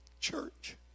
church